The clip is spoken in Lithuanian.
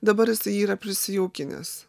dabar jisai jį yra prisijaukinęs